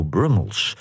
Brummels